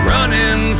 Running